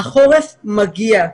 החורף מגיע,